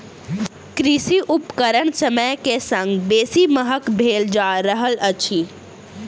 कृषि उपकरण समय के संग बेसी महग भेल जा रहल अछि